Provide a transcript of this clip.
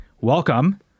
welcome